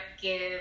give